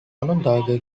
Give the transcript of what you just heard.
onondaga